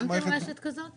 הרשת הוקמה.